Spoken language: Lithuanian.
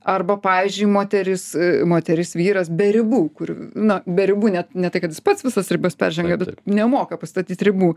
arba pavyzdžiui moteris moteris vyras be ribų kur na be ribų net ne tai kad jis pats visas ribas peržengia bet nemoka pastatyt ribų